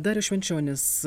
darius švenčionis